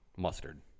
Mustard